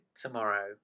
tomorrow